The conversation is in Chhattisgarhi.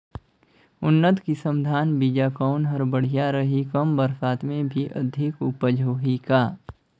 उन्नत किसम धान बीजा कौन हर बढ़िया रही? कम बरसात मे भी अधिक उपज होही का?